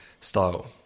style